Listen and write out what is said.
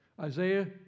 Isaiah